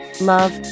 love